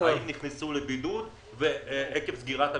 האם נכנסו לבידוד או עקב סגירה ממשלתית.